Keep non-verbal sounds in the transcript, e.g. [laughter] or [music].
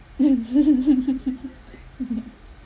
[laughs]